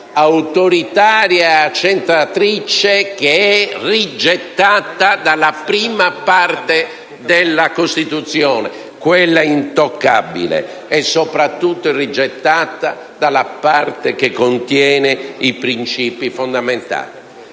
autoritaria e accentratrice rigettata dalla Parte I della Costituzione, la parte intoccabile, ma è soprattutto rigettata dalla parte che contiene i principi fondamentali.